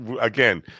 again